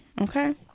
Okay